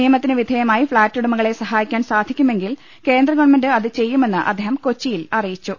നിയമത്തിനുവിധേയമായി flat ഉടമ കളെ സഹായിക്കാൻ സാധിക്കുമെങ്കിൽ കേന്ദ്രഗവൺമെന്റ് അത് ചെയ്യു മെന്ന് അദ്ദേഹം കൊച്ചിയിൽ അറിയിച്ചു